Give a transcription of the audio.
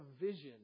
vision